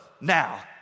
now